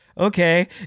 Okay